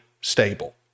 stable